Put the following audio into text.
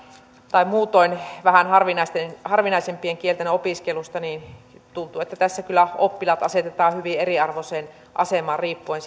tai muutoin vähän harvinaisempien harvinaisempien kielten opiskelusta niin tuntuu että tässä kyllä oppilaat asetetaan hyvin eriarvoiseen asemaan riippuen